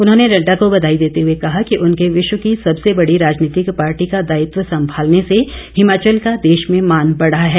उन्होंने नड्डा को बधाई देते हुए कहा कि उनके विश्व की सबसे बड़ी राजनीतिक पार्टी का दायित्व संभालने से हिमाचल का देश में मान बढ़ा है